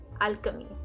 alchemy